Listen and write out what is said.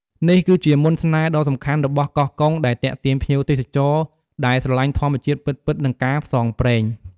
នេះគឺជាមន្តស្នេហ៍ដ៏សំខាន់របស់កោះកុង ដែលទាក់ទាញភ្ញៀវទេសចរដែលស្រលាញ់ធម្មជាតិពិតៗ និងការផ្សងព្រេង។